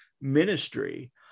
ministry